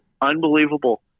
unbelievable